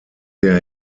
der